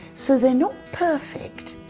so they're not perfect,